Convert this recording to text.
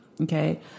Okay